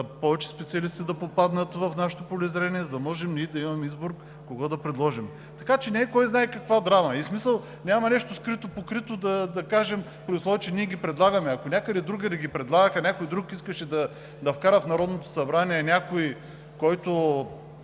повече специалисти да попаднат в нашето полезрение, за да можем да имаме избор кого да предложим. Не е кой знае каква драма, няма нищо скрито, покрито, при условие че ние ги предлагаме. Ако някъде другаде ги предлагаха, ако някой друг искаше да вкара в Народното събрание някого, когото